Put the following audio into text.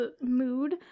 mood